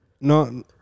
no